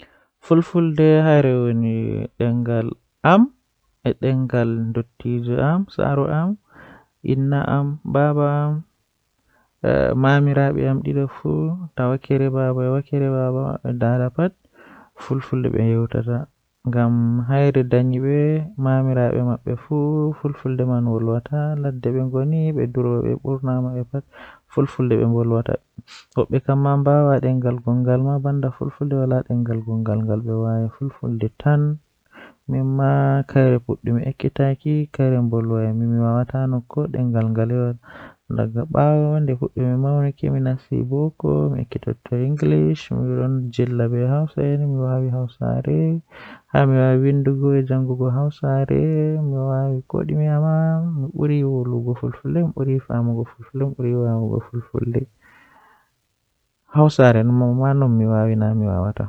Zaane don geera don woittina nokkure amin ngam don woitina dum masin, don wada dum hoosa hakkilo mabbe dasa hakkilo himbe waroobe himbe egaa feere ma to andi woodi kobe warata be laara boddum be waran be tokkan yobugo ceede ngam be nasta be laara haamon.